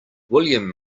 william